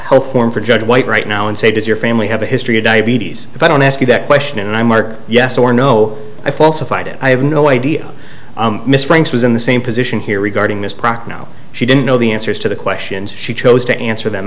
to judge white right now and say does your family have a history of diabetes if i don't ask you that question and i mark yes or no i falsified it i have no idea miss franks was in the same position here regarding this proc now she didn't know the answers to the questions she chose to answer them